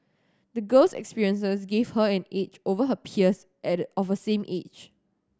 the girl's experiences gave her an edge over her peers and of the same age